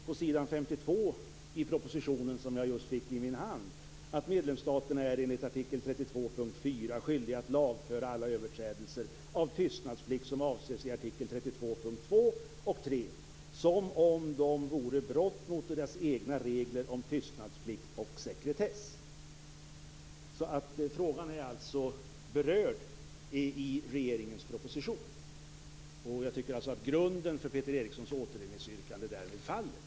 På s. 52 i propositionen står det: "Medlemsstaterna är enligt artikel 32 p. 4 skyldiga att lagföra alla överträdelser av tystnadsplikt som avses i artikel 32 p. 2 och 3 som om de vore brott mot deras egna regler om tystnadsplikt och sekretess." Frågan är alltså berörd i regeringens proposition. Jag tycker därmed att grunden för Peter Erikssons återremissyrkande faller.